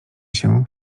się